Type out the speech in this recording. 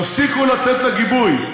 תפסיקו לתת לה גיבוי,